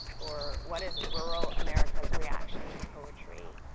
or, what is rural america's reaction to poetry?